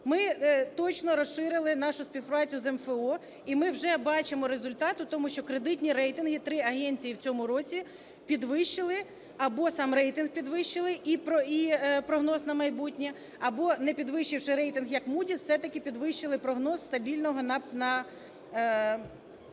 Ми точно розширили нашу співпрацю з МФО, і ми вже бачимо результат в тому, що кредитні рейтинги – три агенції в цьому році підвищили або сам рейтинг підвищили і прогноз на майбутнє, або, не підвищивши рейтинг, як Moody`s, все-таки підвищили прогноз зі стабільного на позитивний.